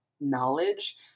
knowledge